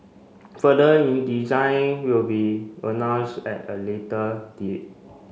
further will be announced at a later date